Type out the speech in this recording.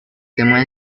temas